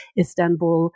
Istanbul